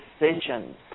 decisions